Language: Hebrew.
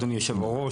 אדוני היושב-ראש,